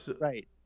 right